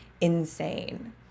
insane